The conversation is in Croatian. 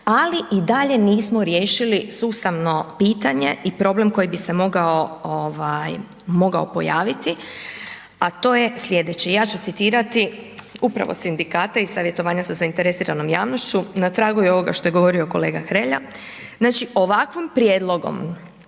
ali i dalje nismo riješili sustavno pitanje i problem koji bi se mogao ovaj mogao pojaviti, a to je slijedeće, ja ću citirati upravo sindikate i savjetovanja sa zainteresiranom javnošću, na tragu je ovoga što je govorio kolega Hrelja, znači ovakvim prijedlogom